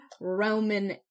Roman